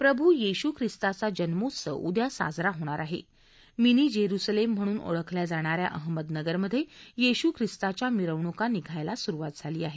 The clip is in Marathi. प्रभू येशू ख़िस्ताचा जन्मोत्सव उद्या साजरा होणार आहे मिनी जेरुसलेम म्हणून ओळखल्या जाणाऱ्या अहमदनगरमध्ये येशू ख्रिस्ताच्या मिरवणूका निघायला सुरुवात झाली आहे